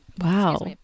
Wow